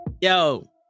Yo